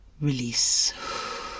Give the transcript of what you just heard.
release